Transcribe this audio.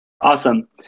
Awesome